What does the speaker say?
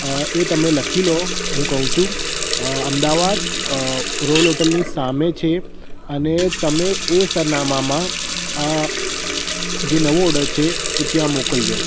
અ એ તમે લખી લો હું કહું છું અમદાવાદ રોલ હોટેલની સામે છે અને તમે એ સરનામામાં જે જે નવો ઓર્ડર છે એ ત્યાં મોકલજો